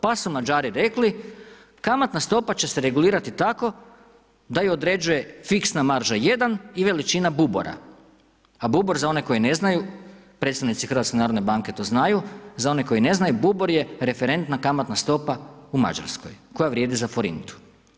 Pa su Mađari rekli, kamatna stopa će se regulirati tako da ju određuje fiksna marža 1 i većina bubora, a bubor, za one koje ne znaju, predstavnici HNB to znaju, za one koje ne znaju, bubor je referentna kamatna stopa u Mađarskoj, koja vrijedi za forintu.